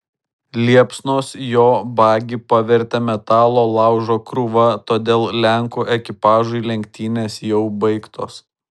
liepsnos jo bagį pavertė metalo laužo krūva todėl lenkų ekipažui lenktynės jau baigtos